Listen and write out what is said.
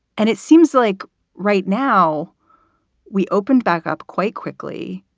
and it seems like right now we opened back up quite quickly.